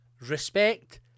Respect